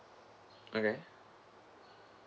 okay